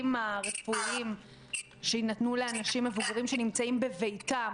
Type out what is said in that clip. הרפואיים שיינתנו לאנשים המבוגרים שנמצאים בביתם,